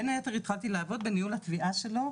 בין היתר התחלתי לעבוד בניהול התביעה שלו,